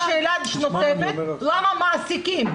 שאלה נוספת, למה המעסיקים,